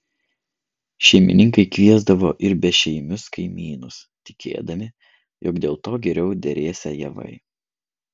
šeimininkai kviesdavo ir bešeimius kaimynus tikėdami jog dėl to geriau derėsią javai